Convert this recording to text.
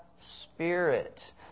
Spirit